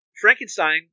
Frankenstein